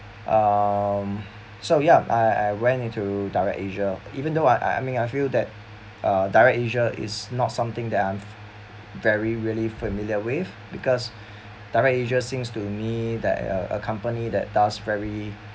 um so yeah I I went into DirectAsia even though I I mean I feel that uh DirectAsia is not something that I'm very really familiar with because DirectAsia seems to me that a a company that does very